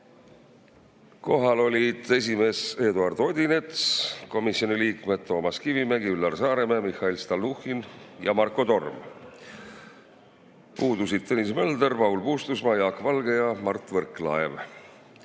Kohal olid esimees Eduard Odinets ning komisjoni liikmed Toomas Kivimägi, Üllar Saaremäe, Mihhail Stalnuhhin ja Marko Torm. Puudusid Tõnis Mölder, Paul Puustusmaa, Jaak Valge ja Mart Võrklaev.